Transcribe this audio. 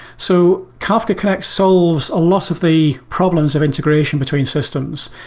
so kafka connect solves a lot of the problems of integration between systems.